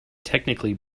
technically